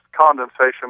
condensation